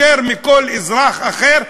יותר מכל אזרח אחר,